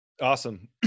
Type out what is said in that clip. Awesome